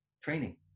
training